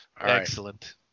Excellent